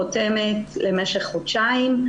חותמת למשך חודשיים,